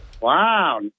Wow